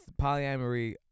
Polyamory